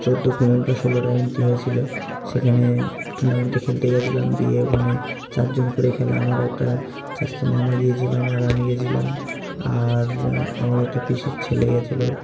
চৌদ্দ পনেরোটা ষোলোটা এন্ট্রি হয়েছিল সেখানে টুর্নামেন্টে খেলতে গিয়েছিলাম গিয়ে ওখানে চার জন করে খেলা আমার একটা চাচাতো মামা গিয়েছিল আমার আমি গিয়েছিলাম আর আমার একটা পিসির ছেলে গিয়েছিল